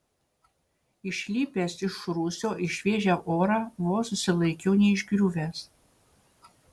išlipęs iš rūsio į šviežią orą vos susilaikiau neišgriuvęs